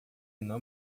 não